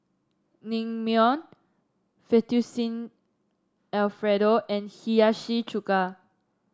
Naengmyeon Fettuccine Alfredo and Hiyashi Chuka